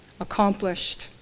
accomplished